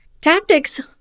Tactics